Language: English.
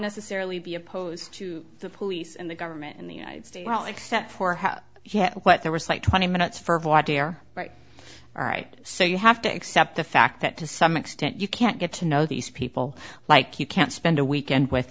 necessarily be opposed to the police and the government in the united states well except for how there was like twenty minutes for voir dire right all right so you have to accept the fact that to some extent you can't get to know these people like you can't spend a weekend with